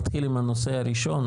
נתחיל עם הנושא הראשון.